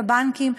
את הבנקים,